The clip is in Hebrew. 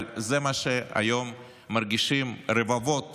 אבל זה מה שהיום מרגישים רבבות